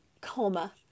coma